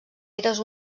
eres